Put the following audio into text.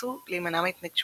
וניסו להימנע מההתנגשות